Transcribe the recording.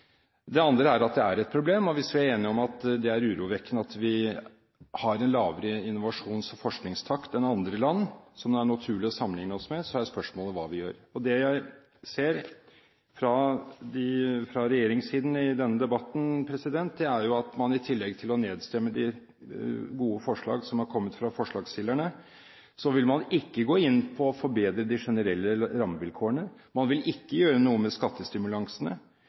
Det andre er at det er et problem. Hvis vi er enige om at det er urovekkende at vi har en lavere innovasjons- og forskningstakt enn andre land som det er naturlig å sammenlikne seg med, er spørsmålet hva vi gjør. Det jeg ser fra regjeringens side i denne debatten, er at man i tillegg til å nedstemme gode forslag som har kommet fra forslagsstillerne, ikke vil gå inn på å forbedre de generelle rammevilkårene, ikke vil gjøre noe med